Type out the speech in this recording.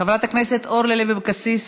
חברת הכנסת אורלי לוי אבקסיס,